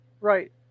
Right